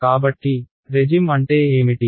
కాబట్టి రెజిమ్ అంటే ఏమిటి